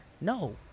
No